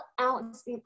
ounce